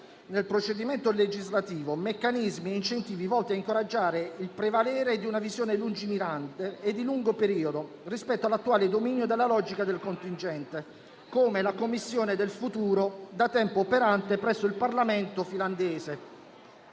nel procedimento legislativo meccanismi e incentivi volti a incoraggiare il prevalere di una visione lungimirante e di lungo periodo rispetto all'attuale dominio della logica del contingente, come si fa in Finlandia con la Commissione del futuro, da tempo operante presso il Parlamento di quel Paese.